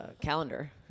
calendar